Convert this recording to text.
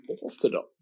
orthodox